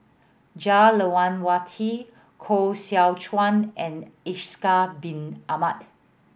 Jah Lelawati Koh Seow Chuan and Ishak Bin Ahmad